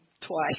Twice